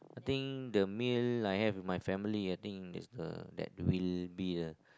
I think the meal I have with my family I think is the that will be a